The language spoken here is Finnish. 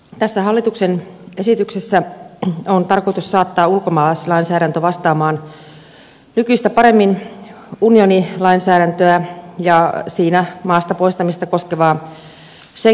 tässä hallituksen esityksessä on tarkoitus saattaa ulkomaalaislainsäädäntö vastaamaan nykyistä paremmin unionilainsäädäntöä ja siinä maasta poistamista koskevaa schengenin rajasäännöstöä